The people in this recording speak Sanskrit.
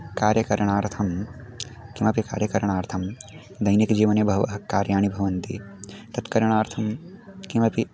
कार्यकरणार्थं किमपि कार्यकरणार्थं दैनिकजीवने बहूनि कार्याणि भवन्ति तेषां करणार्थं कापि